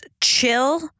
chill